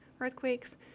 earthquakes